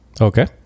okay